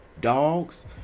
Dogs